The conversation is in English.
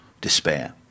despair